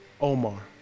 Omar